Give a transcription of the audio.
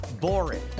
boring